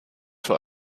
für